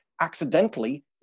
accidentally